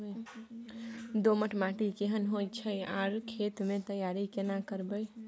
दोमट माटी केहन होय छै आर खेत के तैयारी केना करबै?